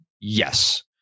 Yes